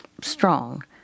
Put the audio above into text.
strong